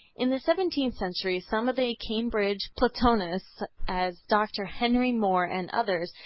in the seventeenth century some of the cambridge platonists, as dr. henry more and others,